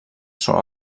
són